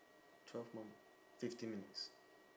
twelve more fifteen minutes